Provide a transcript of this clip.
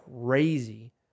Crazy